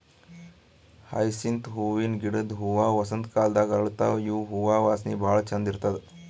hyacinth ಹೂವಿನ ಗಿಡದ್ ಹೂವಾ ವಸಂತ್ ಕಾಲದಾಗ್ ಅರಳತಾವ್ ಇವ್ ಹೂವಾ ವಾಸನಿ ಭಾಳ್ ಛಂದ್ ಇರ್ತದ್